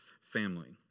family